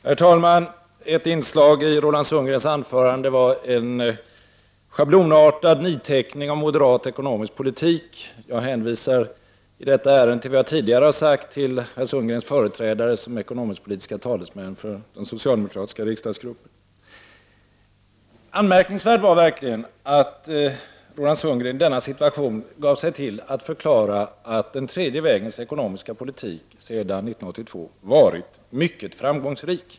Herr talman! Ett inslag i Roland Sundgrens anförande var en schablonartad nidteckning av moderat ekonomisk politik. Jag hänvisar i detta ärende till vad jag tidigare har sagt till herr Sundgrens företrädare som talesman för den socialdemokratiska riksdagsgruppen. Det var verkligen anmärkningsvärt att Roland Sundgren i denna situation gav sig till att förklara att den tredje vägens ekonomiska politik sedan 1982 har varit mycket framgångsrik.